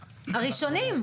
הראשונים.